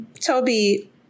Toby